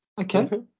Okay